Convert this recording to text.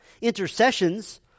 Intercessions